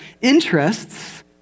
interests